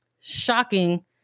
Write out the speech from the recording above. shocking